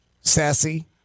Sassy